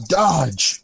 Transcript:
dodge